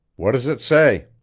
what does it say?